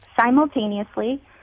Simultaneously